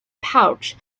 pouch